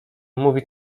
mówi